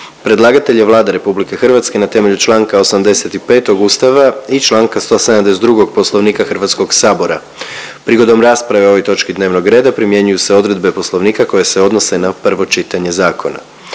Predlagatelj je Vlada RH na temelju čl. 85. Ustava i čl. 172. Poslovnika HS. Prigodom rasprave o ovoj točki dnevnog reda primjenjuju se odredbe Poslovnika koje se odnose na prvo čitanje zakona.